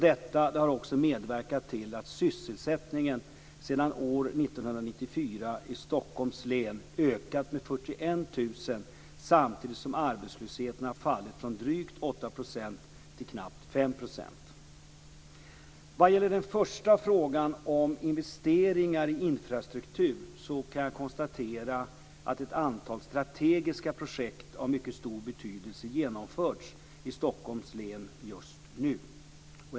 Detta har också medverkat till att sysselsättningen sedan år 1994 i Stockholms län ökat med 41 000 samtidigt som arbetslösheten har fallit från drygt 8 % till knappt 5 %. Vad gäller den första frågan om investeringar i infrastruktur kan jag konstatera att ett antal strategiska projekt av mycket stor betydelse genomförs i Stockholms län just nu.